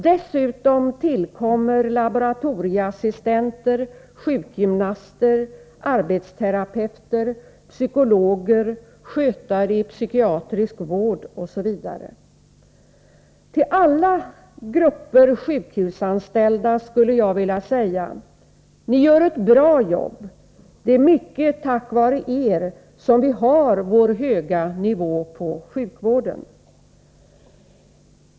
Dessutom tillkommer laboratorieassistenter, sjukgymnaster, arbetsterapeuter, psykologer, skötare i psykiatrisk vård, osv. Till alla grupper sjukhusanställda skulle jag vilja säga: Ni gör ett bra jobb. Det är mycket tack vare er som vi har vår höga nivå på sjukvården.